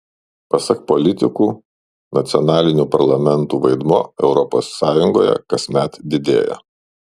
pasak politikų nacionalinių parlamentų vaidmuo europos sąjungoje kasmet didėja